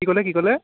কি ক'লে কি ক'লে